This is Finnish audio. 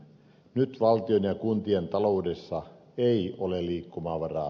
nyt valtion ja kuntien taloudessa ei ole liikkumavaraa